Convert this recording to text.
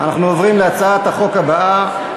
אנחנו עוברים להצעת החוק הבאה.